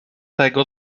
tego